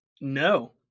No